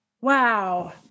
Wow